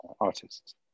artists